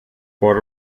por